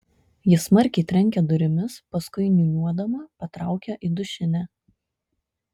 ji smarkiai trenkia durimis paskui niūniuodama patraukia į dušinę